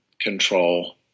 control